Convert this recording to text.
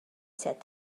said